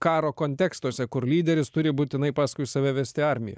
karo kontekstuose kur lyderis turi būtinai paskui save vesti armiją